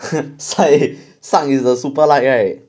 菜上 is the super light right